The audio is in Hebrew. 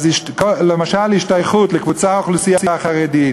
אז, למשל, השתייכות לקבוצת אוכלוסייה חרדית,